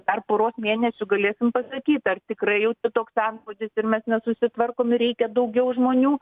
dar poros mėnesių galėsim pasakyt ar tikrai jau čia toks antplūdis ir mes nesusitvarkom ir reikia daugiau žmonių